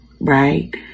right